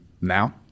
now